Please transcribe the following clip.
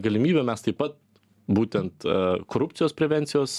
galimybė mes taip pat būtent a korupcijos prevencijos